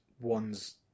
one's